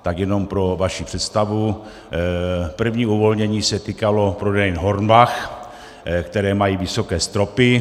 Tak jenom pro vaši představu, první uvolnění se týkalo prodejen Hornbach, které mají vysoké stropy.